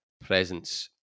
presence